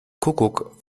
kuckuck